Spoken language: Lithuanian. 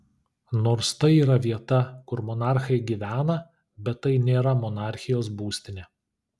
nors tai yra vieta kur monarchai gyvena bet tai nėra monarchijos būstinė